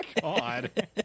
god